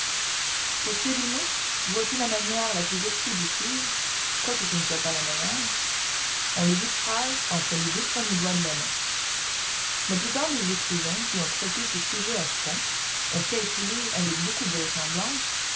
pour tuer des mouches voici la manière la plus expéditive quoique ce ne soit pas la meilleure on les écrase entre les deux premiers doigts de la main la plupart des écrivains qui ont traité ce sujet à fond ont calculé avec beaucoup de vraisemblance